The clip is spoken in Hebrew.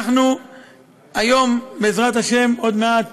אנחנו היום, בעזרת השם, עוד מעט